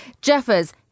jeffers